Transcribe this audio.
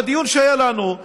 בדיון שהיה לנו,